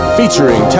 featuring